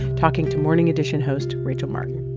talking to morning edition host rachel martin